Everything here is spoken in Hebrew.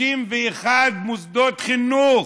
61 מוסדות חינוך,